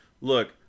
Look